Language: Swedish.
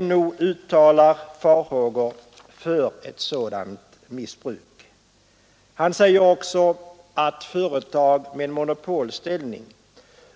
NO uttalar farhågor för ett sådant missbruk. Han säger också att företag med monopolställning